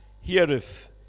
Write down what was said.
heareth